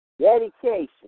Dedication